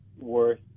worth